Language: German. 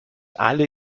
alle